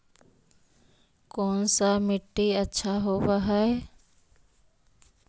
कोन सा मिट्टी अच्छा होबहय?